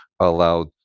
allowed